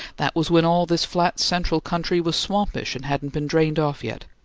that was when all this flat central country was swampish and hadn't been drained off yet.